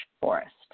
forest